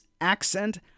accent